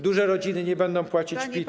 Duże rodziny nie będą płacić PIT.